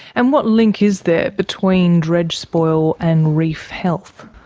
and what link is there between dredge spoil and reef health?